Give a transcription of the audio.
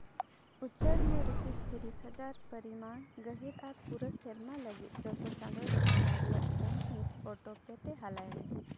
ᱩᱪᱟᱹᱲ ᱢᱮ ᱨᱩᱯᱤᱥ ᱛᱤᱨᱤᱥ ᱦᱟᱡᱟᱨ ᱯᱟᱨᱤᱢᱟᱱ ᱜᱟᱹᱦᱤᱨ ᱟᱨ ᱯᱩᱨᱟᱹ ᱥᱮᱨᱢᱟ ᱞᱟᱹᱜᱤᱫ ᱡᱚᱛᱚ ᱪᱟᱸᱫᱚ ᱨᱮ ᱚᱱᱟ ᱨᱮᱭᱟᱜ ᱯᱩᱱ ᱦᱤᱸᱥ ᱚᱴᱳ ᱯᱮ ᱛᱮ ᱦᱟᱞᱟᱭ ᱢᱮ